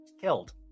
killed